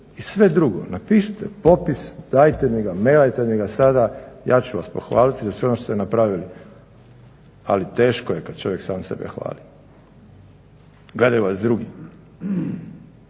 i sve drugo napišite popis, dajte mi ga, mailajte mi ga sada, ja ću vas pohvaliti za sve ono što ste napravili, ali teško je kad čovjek sam sebe hvali. Gledaju vas drugi,